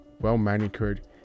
well-manicured